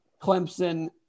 Clemson